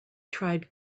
tried